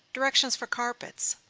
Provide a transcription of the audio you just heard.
directions for carpets.